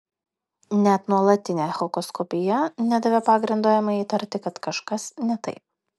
net nuolatinė echoskopija nedavė pagrindo emai įtarti kad kažkas ne taip